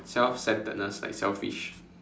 self centeredness like selfish